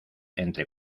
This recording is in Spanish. entre